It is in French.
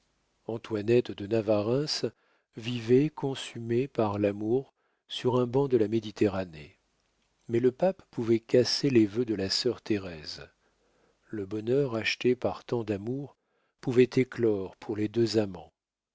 antoinette de navarreins vivait consumée par l'amour sur un banc de la méditerranée mais le pape pouvait casser les vœux de la sœur thérèse le bonheur acheté par tant d'amour pouvait éclore pour les deux amants